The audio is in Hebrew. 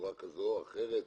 בצורה כזו או אחרת.